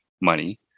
money